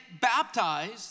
baptized